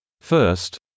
First